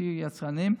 שיהיו יצרניים,